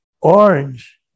orange